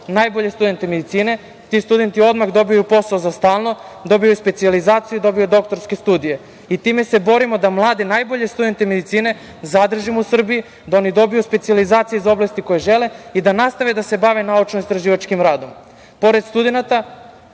najbolje studente medicine. Ti studenti odmah dobiju posao za stalno, dobiju specijalizaciju, dobiju doktorske studije. I time se borimo da mlade, najbolje studente medicine zadržimo u Srbiji, da oni dobiju specijalizacije iz oblasti koje žele i da nastave da se bave naučno istraživačkim radom. Pored